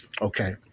Okay